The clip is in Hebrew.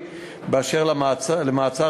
קידם המשרד חלופות מעצר